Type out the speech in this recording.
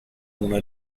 una